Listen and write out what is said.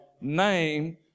name